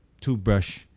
toothbrush